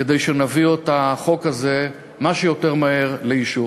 כדי שנביא אותה מה שיותר מהר לאישור.